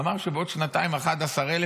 אמר שבעוד שנתיים 11,000,